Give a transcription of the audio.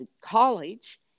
college